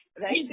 right